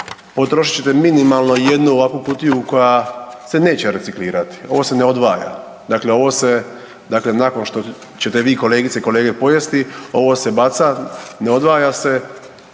potrošit ćete minimalno jednu ovakvu kutiju koja se neće reciklirati, ovo se ne odvaja, dakle ovo se, dakle nakon što ćete vi kolegice i kolege pojesti ovo se baca, ne odvaja se